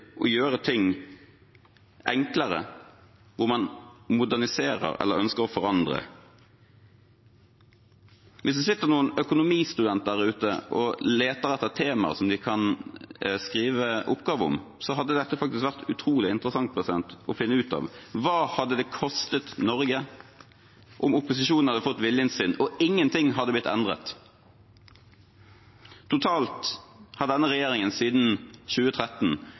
å gjøre ting enklere, hvor man moderniserer eller ønsker å forandre. Hvis det sitter noen økonomistudenter der ute og leter etter temaer de kan skrive oppgave om, hadde dette faktisk vært utrolig interessant å finne ut av: Hva hadde det kostet Norge om opposisjonen hadde fått viljen sin og ingenting hadde blitt endret? Totalt har denne regjeringen siden 2013